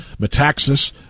Metaxas